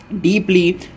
deeply